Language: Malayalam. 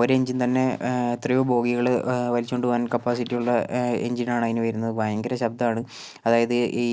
ഒരെഞ്ചിൻ തന്നെ എത്രയോ ബോഗികള് വലിച്ചുകൊണ്ട് പോകാൻ കാപ്പാസിറ്റിയുള്ള എഞ്ചിനാണ് അതിന് വരുന്നത് ഭയങ്കര ശബ്ദമാണ് അതായത് ഈ